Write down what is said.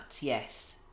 yes